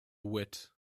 wit